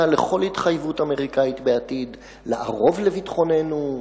לכל התחייבות אמריקנית בעתיד לערוב לביטחוננו,